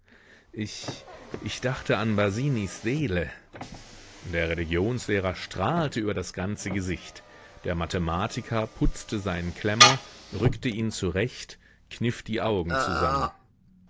ich ich dachte an basinis seele der religionslehrer strahlte über das ganze gesicht der mathematiker putzte seinen klemmer rückte ihn zurecht kniff die augen zusammen